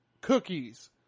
cookies